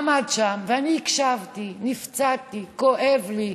עמד שם, ואני הקשבתי: נפצעתי, כואב לי.